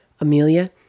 Amelia